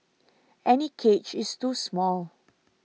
any cage is too small